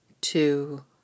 two